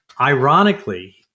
ironically